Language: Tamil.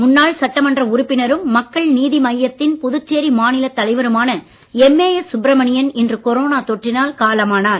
முன்னாள் சட்டமன்ற உறுப்பினரும் மக்கள் நீதி மய்யத்தின் புதுச்சேரி மாநிலத் தலைவருமான எம்ஏஎஸ் சுப்பிரமணியன் இன்று கொரோனா தொற்றினால் காலமானார்